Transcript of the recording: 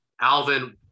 Alvin